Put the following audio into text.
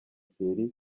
thierry